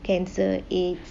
cancer aids